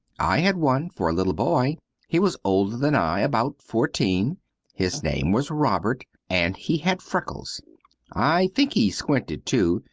i had one for a little boy he was older than i, about fourteen his name was robert, and he had freckles i think he squinted, too,